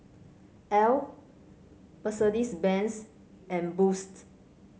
Elle Mercedes Benz and Boost